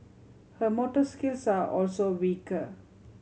her motor skills are also weaker